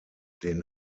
den